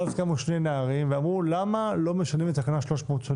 ואז קמו שני נערים ואמרו: למה לא משנים את תקנה 380?